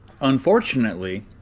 Unfortunately